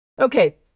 Okay